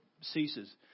ceases